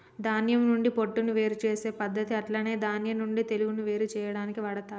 ధాన్యం నుండి పొట్టును వేరు చేసే పద్దతి అట్లనే ధాన్యం నుండి తెగులును వేరు చేయాడానికి వాడతరు